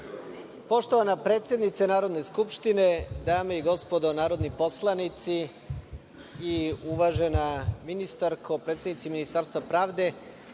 Poštovana predsednice Narodne skupštine, dame i gospodo narodni poslanici, uvažena ministarko, predstavnici Ministarstva pravde,